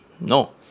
no